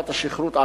תופעת השכרות,